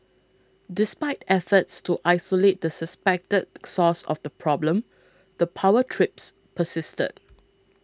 despite efforts to isolate the suspected source of the problem the power trips persisted